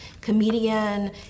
comedian